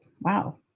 wow